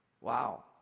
Wow